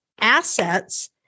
assets